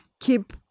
keep